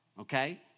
Okay